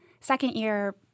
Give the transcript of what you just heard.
second-year